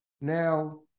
Now